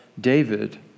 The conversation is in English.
David